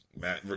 Matt